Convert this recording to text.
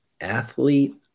athlete